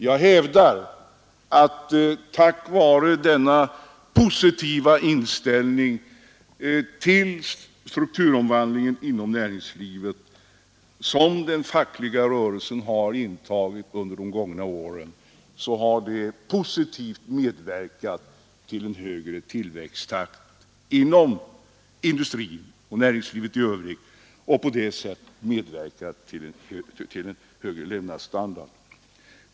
Jag hävdar att fackföreningsrörelsens positiva inställning under de gångna åren till strukturomvandlingen har medverkat till en högre tillväxttakt inom industrin och näringslivet i övrigt och därmed till en högre levnadsstandard.